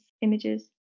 images